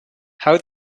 how